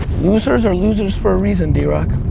losers are losers for a reason, drock.